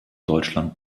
deutschland